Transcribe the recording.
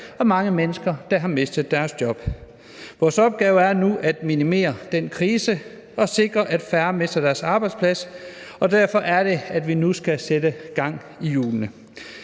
og mange mennesker, der har mistet deres job. Vores opgave er nu at minimere den krise og sikre, at færre mister deres arbejdsplads, og derfor er det, at vi nu skal sætte gang i hjulene.